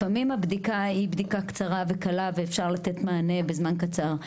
לפעמים הבדיקה היא בדיקה קצרה וקלה ואפשר לתת מענה בזמן קצר,